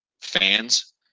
fans